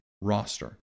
roster